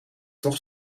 toch